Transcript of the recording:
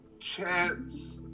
chance